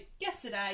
yesterday